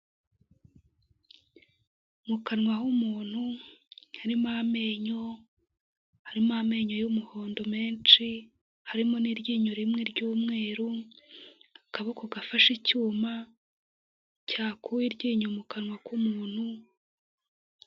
Mu kanwa h'umuntu harimo amenyo harimo amenyo y'umuhondo menshi harimo n'iryinyo rimwe ry'umweru akaboko gafashe icyuma cyakuye iryinyo mu kanwa k'umuntu.